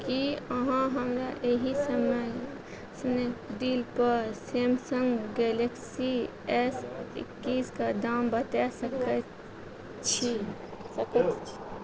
की अहाँ हमरा एहि समय स्नैपडीलपर सैमसंग गैलेक्सी एस एकीसके दाम बता सकैत छी